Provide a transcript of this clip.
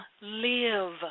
live